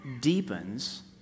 deepens